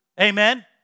Amen